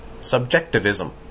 subjectivism